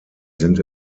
sind